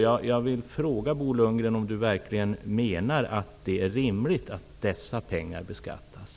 Menar Bo Lundgren att det är rimligt att dessa pengar beskattas?